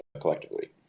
collectively